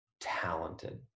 talented